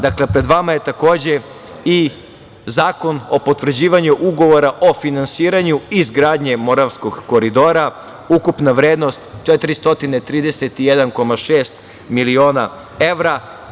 Dakle, pred vama je takođe i Zakon o potvrđivanju ugovora o finansiranju izgradnje Moravskog koridora, ukupna vrednost 431,6 miliona evra.